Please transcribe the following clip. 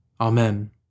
Amen